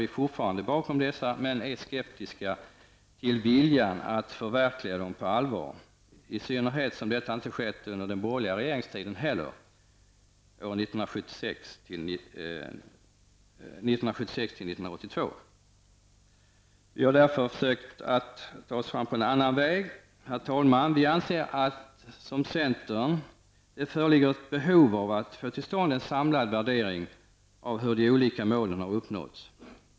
Vi står även nu bakom dessa men är skeptiska. Vi undrar om man verkligen på allvar vill förverkliga de här målen, i synnerhet som det inte heller skedde under den borgerliga regeringstiden under åren 1976--1982. Vi har därför sökt oss fram på en annan väg. Herr talman! Vi anser liksom centern att det föreligger ett behov av att få till stånd en samlad värdering av hur de olika målen har uppnåtts.